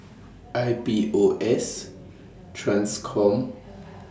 I P O S TRANSCOM